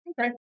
Okay